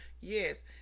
Yes